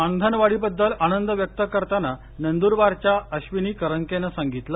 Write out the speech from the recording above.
मानधन वाढीबद्दल आनंद व्यक्त करताना नंद्रबारच्या अधिनी करंकेनं सांगितलं